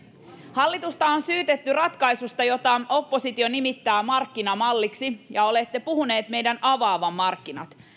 hallitusta on syytetty ratkaisusta jota oppositio nimittää markkinamalliksi ja olette puhuneet meidän avaavan markkinat